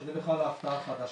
שזו בכלל ההפתעה החדשה.